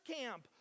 camp